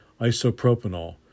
isopropanol